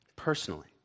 personally